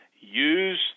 use